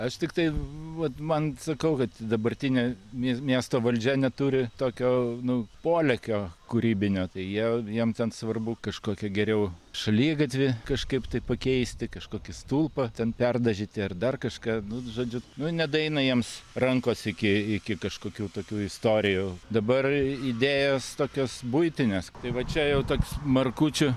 aš tiktai vat man sakau kad dabartinė mie miesto valdžia neturi tokio nu polėkio kūrybinio tai jie jiem ten svarbu kažkokį geriau šaligatvį kažkaip tai pakeisti kažkokį stulpą ten perdažyti ar dar kažką nu žodžiu nu nedaeina jiems rankos iki iki kažkokių tokių istorijų dabar idėjos tokios buitinės tai va čia jau toks markučių